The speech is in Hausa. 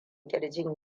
kirjin